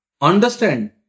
understand